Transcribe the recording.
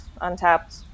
untapped